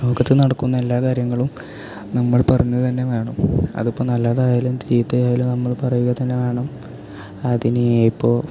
ലോകത്ത് നടക്കുന്ന എല്ലാ കാര്യങ്ങളും നമ്മൾ പറഞ്ഞ് തന്നെ വേണം അത് ഇപ്പോൾ നല്ലതായാലും ചീത്തയായാലും നമ്മൾ പറയുക തന്നെ വേണം അതിന് ഇപ്പോൾ